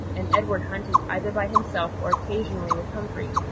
and edward hunted either by himself or occasionally with humphrey.